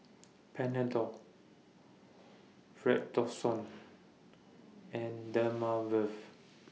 Panadol Redoxon and Dermaveen